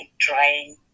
trying